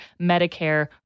Medicare